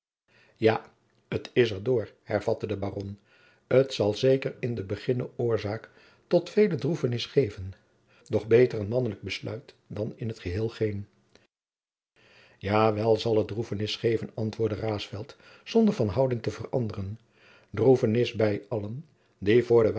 ja t is er door hervatte de baron t zal zeker in den beginne oorzaak tot vele droefenis geven doch beter een mannelijk besluit dan in t geheel geen ja wel zal het droefenis geven antwoordde raesfelt zonder van houding te veranderen droefenis bij allen die voor de